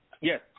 Yes